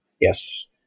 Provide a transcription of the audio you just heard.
yes